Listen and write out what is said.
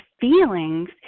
feelings